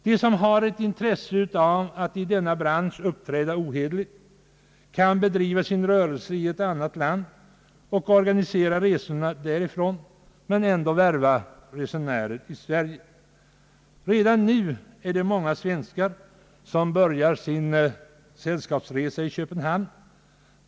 De som har intresse av att i denna bransch uppträda ohederligt kan bedriva sin rörelse i ett annat land och organisera resorna därifrån, men ändå värva resenärer i Sverige. Redan nu är det många svenskar som börjar sin sällskapsresa i Köpenhamn.